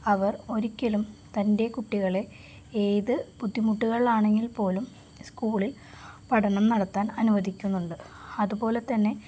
അവർ ഒരിക്കലും തങ്ങളുടെ കുട്ടികളെ ഏത് ബുദ്ധിമുട്ടുകളിലാണെങ്കിൽപ്പോലും സ്കൂളിൽ പഠനം നടത്താൻ അനുവദിക്കുന്നുണ്ട് അതുപോലെ തന്നെ